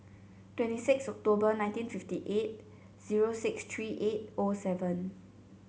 twenty six October nineteen fifty eight zero six three eight O seven